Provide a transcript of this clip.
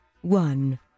one